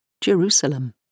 Jerusalem